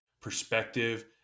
perspective